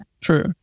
true